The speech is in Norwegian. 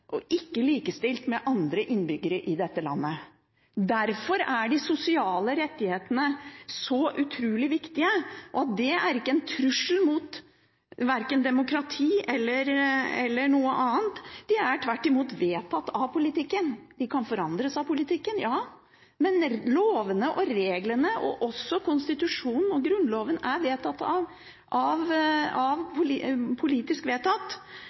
og ikke likestilt med andre innbyggere i dette landet. Derfor er de sosiale rettighetene så utrolig viktige, og det er ikke en trussel verken mot demokratiet eller noe annet, det er tvert imot vedtatt politisk. Det kan forandres politisk, men lovene og reglene og også konstitusjonen og Grunnloven er politisk vedtatt,